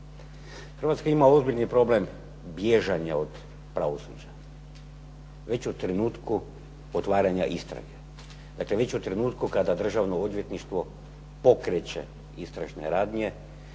Hrvatska ima ozbiljni problem bježanja od pravosuđa. Već u trenutku otvaranja istrage. Dakle već u trenutku kada Državno odvjetništvo pokreće istražne radnje